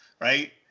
Right